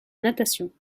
natation